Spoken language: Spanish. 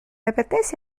apetece